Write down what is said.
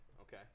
Okay